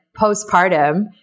postpartum